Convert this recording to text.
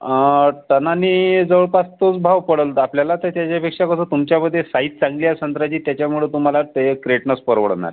आं टनानी जवळपास तोच भाव पडेल दापल्याला तर त्याच्यापेक्षा बरं तुमच्यामध्ये साईज चांगली आहे संत्र्याची त्याच्यामुळे तुम्हाला ते क्रेटनच परवडणार